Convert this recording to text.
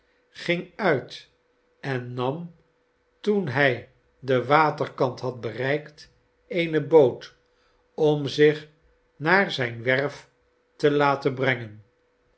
ging uit en nam toen hij den waterkant had bereikt eene boot om zich naar zijne werf te laten brengen